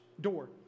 door